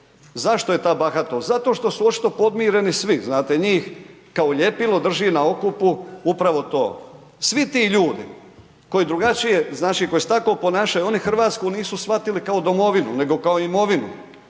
zašto je ta bahatost? Zato što su očito podmireni svi, znate njih kao ljepilo drži na okupu upravo to, svi ti ljudi koji drugačije, znači koji se tako ponašaju, oni RH nisu shvatili kao domovinu, nego kao imovinu